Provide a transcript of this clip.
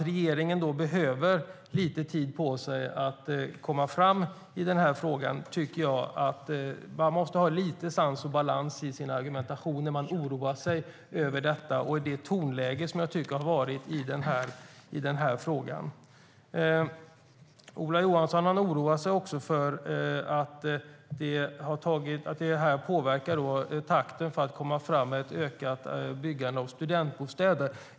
Regeringen behöver lite tid på sig för att komma framåt i frågan, och jag tycker att man måste ha lite sans och balans i sin argumentation när man oroar sig över detta i det tonläge som jag tycker att det har varit i den här frågan. Ola Johansson oroar sig också för att detta påverkar takten för att komma fram med ett ökat byggande av studentbostäder.